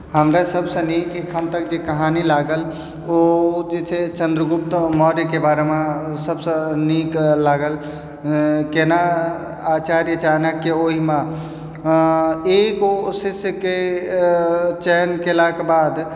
हमरा सभसँ नीक एखन तक जे कहानी लागल ओ जे छै चन्द्रगुप्त मौर्यके बारेमे ओ सभसँ नीक लागल केना आचार्य चाणक्य ओहिमे एगो शिष्यके चयन कयलाक बाद